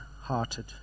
hearted